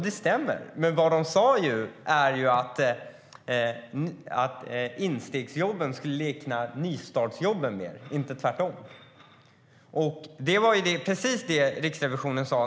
Det stämmer, men vad de sa var att instegsjobben skulle likna nystartsjobben mer, inte tvärtom. Det var precis det Riksrevisionen sa.